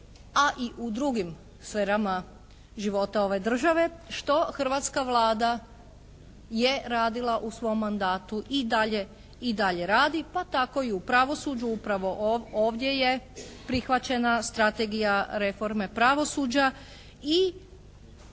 a i u drugim sferama života ove države što hrvatska Vlada je radila u svom mandatu i dalje radi pa tako i u pravosuđu upravo ovdje je prihvaćena strategija reforme pravosuđa i